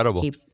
keep